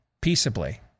peaceably